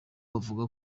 bavuga